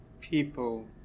people